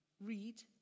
read